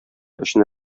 өчен